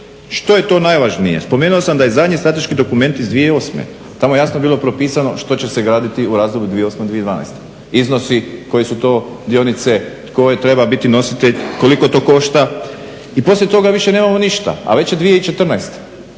Što je to najvažnije? Spomenuo sam da je zadnji strateški dokument iz 2008., tamo je jasno bilo propisano što će se graditi u razdoblju 2008.-2012., iznosi koji su to, dionice, tko treba biti nositelj, koliko to košta. I poslije toga više nemamo ništa, a već je 2014.